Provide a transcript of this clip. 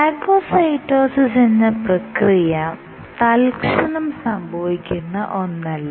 phagocytosis എന്ന പ്രക്രിയ തൽക്ഷണം സംഭവിക്കുന്ന ഒന്നല്ല